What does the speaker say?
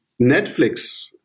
Netflix